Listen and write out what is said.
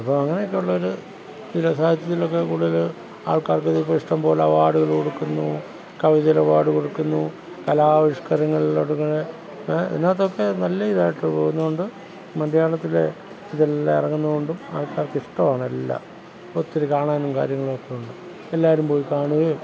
അപ്പോൾ അങ്ങനെയൊക്കെ ഉള്ളവർ പിന്നെ സാഹിത്യത്തിലൊക്കെ കൂടുതൽ ആൾക്കാർക്ക് ഇതൊക്കെ ഇഷ്ടംപോലെ അവാർഡുകൾ കൊടുക്കുന്നു കവിതയിൽ അവാർഡ് കൊടുക്കുന്നു കലാവിഷ്കാരങ്ങളൊക്കെ പിന്നെ ഇതിനകത്തൊക്കെ നല്ല ഇതായിട്ട് പോകുന്നുണ്ട് മലയാളത്തിലെ ഇതെല്ലാം ഇറങ്ങുന്നതുകൊണ്ടും ആൾക്കാർക്ക് ഇഷ്ടമാണ് എല്ലാം ഒത്തിരി കാണാനും കാര്യങ്ങളൊക്കെ ഉണ്ട് എല്ലാവരും പോയി കാണുകയും